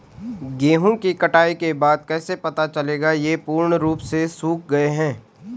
गेहूँ की कटाई के बाद कैसे पता चलेगा ये पूर्ण रूप से सूख गए हैं?